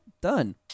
done